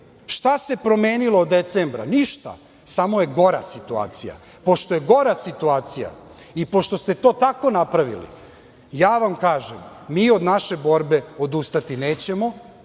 šta se promenilo od decembra. Ništa. Samo je gora situacija. Pošto je gora situacija i pošto ste to tako napravili, ja vam kažem, mi od naše borbe odustati nećemo.